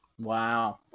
Wow